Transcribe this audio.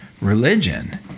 religion